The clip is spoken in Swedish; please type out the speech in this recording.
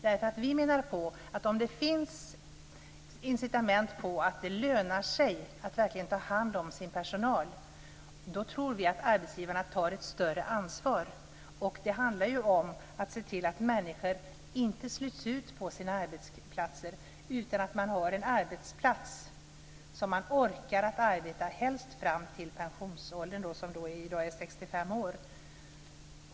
Om det finns sådana incitament att det lönar sig att ta hand om sin personal tror vi att arbetsgivarna tar ett större ansvar. Det handlar om att se till att människor inte slits ut på sina arbetsplatser. Man bör ha en arbetsplats som man orkar att arbeta på, helst fram till pensionsåldern som i dag är 65 år.